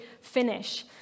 finish